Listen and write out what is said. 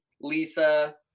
Lisa